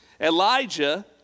Elijah